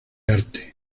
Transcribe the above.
arte